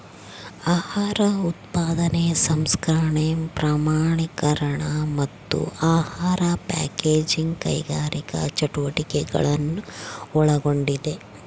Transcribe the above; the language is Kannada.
ಆಹಾರ ಉತ್ಪಾದನೆ ಸಂಸ್ಕರಣೆ ಪ್ರಮಾಣೀಕರಣ ಮತ್ತು ಆಹಾರ ಪ್ಯಾಕೇಜಿಂಗ್ ಕೈಗಾರಿಕಾ ಚಟುವಟಿಕೆಗಳನ್ನು ಒಳಗೊಂಡಿದೆ